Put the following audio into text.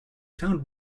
found